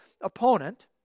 opponent